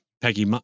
Peggy